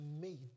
made